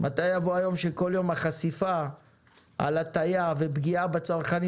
מתי יבוא היום שכל יום החשיפה על הטעיה ופגיעה בצרכנים